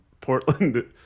Portland